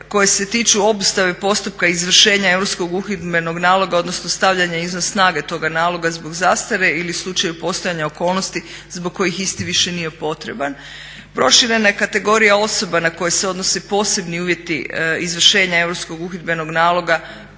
koje se tiču obustave postupka izvršenja europskog uhidbenog naloga odnosno stavljanja izvan snage toga naloga zbog zastare ili u slučaju postojanja okolnosti zbog kojih isti više nije potreban. Proširena je kategorija osoba na koje se odnose posebni uvjeti izvršenja europskog